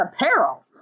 apparel